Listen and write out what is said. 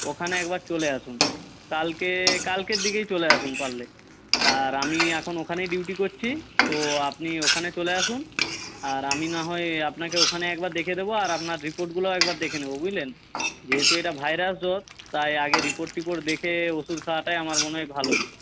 ওখানে একবার চলে আসুন কালকে কালকের দিকেই চলে আসুন পারলে আর আমি এখন ওখানেই ডিউটি করছি তো আপনি ওখানে চলে আসুন আর আমি না হয় আপনাকে ওখানে একবার দেখে দেবো আর আপনার রিপোর্টগুলোও একবার দেখে নেব বুঝলেন যেহেতু এটা ভাইরাস জ্বর তাই আগে রিপোর্ট টিপোর্ট দেখে ওষুধ খাওয়াটাই আমার মনে হয় ভালো